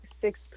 six